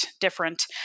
different